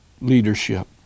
leadership